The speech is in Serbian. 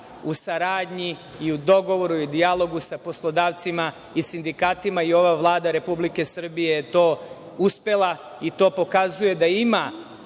u saradnji, i u dogovoru, i u dijalogu sa poslodavcima i sindikatima. Ova Vlada Republike Srbije je to uspela i to pokazuje da ima